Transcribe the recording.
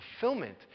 fulfillment